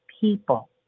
people